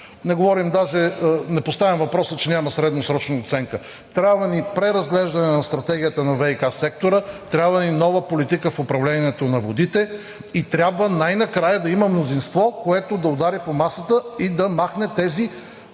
Не поставям въпроса, че няма средносрочна оценка. Трябва ни преразглеждане на Стратегията на ВиК сектора, трябва ни нова политика в управлението на водите и трябва най-накрая да има мнозинство, което да удари по масата и да махне тези